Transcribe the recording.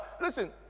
Listen